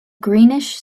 greenish